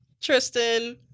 Tristan